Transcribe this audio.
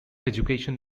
education